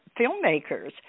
filmmakers